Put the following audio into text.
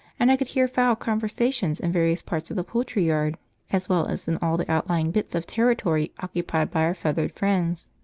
and i could hear fowl conversation in various parts of the poultry-yard as well as in all the outlying bits of territory occupied by our feathered friends.